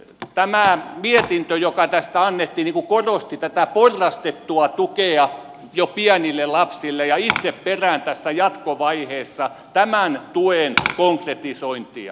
tämä mietintö joka tästä annettiin korosti tätä porrastettua tukea jo pienille lapsille ja itse perään tässä jatkovaiheessa tämän tuen konkretisointia